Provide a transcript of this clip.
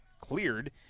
cleared